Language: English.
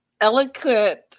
eloquent